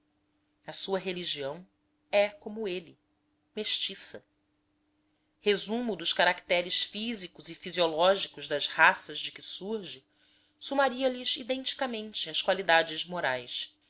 a sua religião é como ele mestiça resumo dos caracteres físicos e fisiológicos das raças de que surge sumaria lhes identicamente as qualidades morais